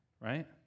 right